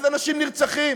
אז אנשים נרצחים,